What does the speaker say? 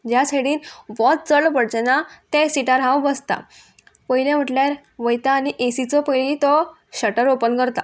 ज्या सायडीन वोत चड पडचेंना तें सिटार हांव बसतां पयलें म्हटल्यार वयतां आनी एसीचो पयलीं तो शटर ओपन करतां